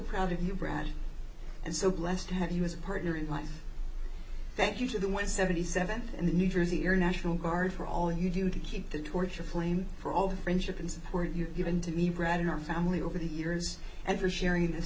proud of you brad and so blessed to have you as a partner in life thank you to the one seventy seven in the new jersey or national guard for all you do to keep the torture flame for all the friendship and support you're given to eat bread in our family over the years and for sharing this